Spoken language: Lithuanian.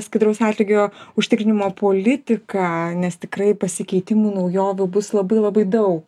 skaidraus atlygio užtikrinimo politiką nes tikrai pasikeitimų naujovių bus labai labai daug